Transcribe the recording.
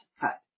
cut